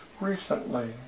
recently